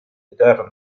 eterno